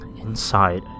inside